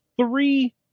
Three